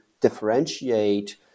differentiate